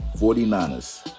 49ers